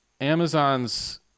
Amazon's